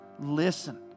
Listen